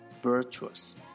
Virtuous